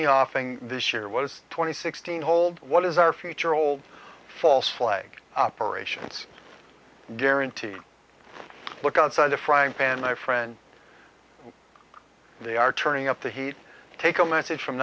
the offing this year was twenty sixteen hold what is our future old false flag operations guaranteed to look outside the frying pan my friend they are turning up the heat to take a message from